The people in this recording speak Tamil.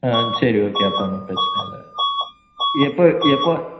ஆ சரி ஓகே அப்போது ஒன்றும் பிரச்சனயில்ல எப்போது எப்போது